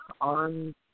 on